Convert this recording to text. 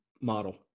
model